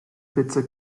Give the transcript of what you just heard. witze